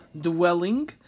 dwelling